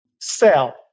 sell